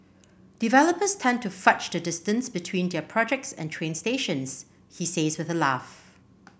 developers tend to fudge the distance between their projects and train stations he says with a laugh